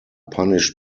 punished